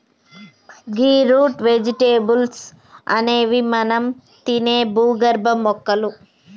గీ root vegetables అనేవి మనం తినే భూగర్భ మొక్కలు